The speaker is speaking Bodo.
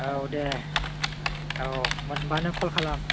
औ दे औ मोनबानो कल खालाम औ औ